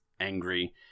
angry